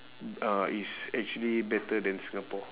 uh it's actually better than singapore